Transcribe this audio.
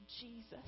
Jesus